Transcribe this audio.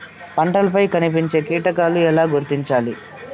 పంటలపై కనిపించే కీటకాలు ఎలా గుర్తించాలి?